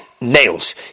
nails